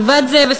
גבעת-זאב,